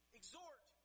exhort